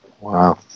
wow